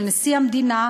לנשיא המדינה,